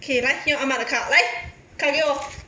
k 来用阿嬷的 card 来卡给我